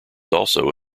also